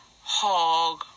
Hog